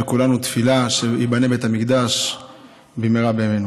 וכולנו תפילה שייבנה בית המקדש במהרה בימינו.